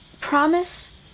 Promise